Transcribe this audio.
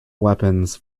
weapons